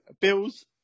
Bill's